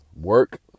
work